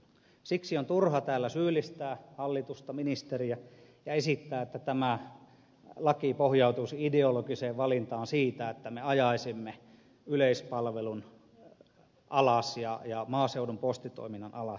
siksi on turha täällä syyllistää hallitusta ministeriä ja esittää että tämä laki pohjautuisi ideologiseen valintaan siitä että me ajaisimme yleispalvelun alas ja maaseudun postitoiminnan alas